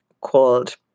called